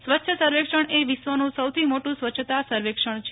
સ્વચ્છ સર્વક્ષણ એ વિશ્વનું સૌથી મોટું સ્વચ્છતા સર્વેક્ષણ છે